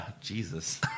Jesus